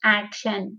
action